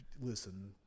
Listen